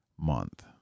month